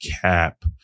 cap